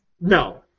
No